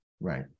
Right